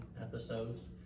episodes